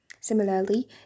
Similarly